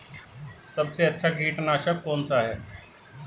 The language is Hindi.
सबसे अच्छा कीटनाशक कौन सा है?